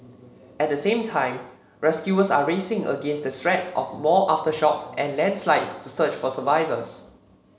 at the same time rescuers are racing against the threat of more aftershocks and landslides to search for survivors